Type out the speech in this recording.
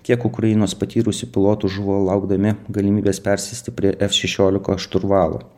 kiek ukrainos patyrusių pilotų žuvo laukdami galimybės persėsti prie f šešiolika šturvalo